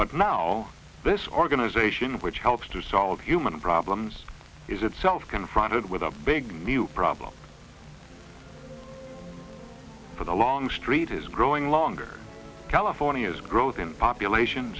but now this organization which helps to solve human problems is itself confronted with a big new problem for the long street is growing longer california's growth in population